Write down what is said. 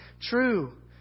true